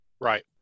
Right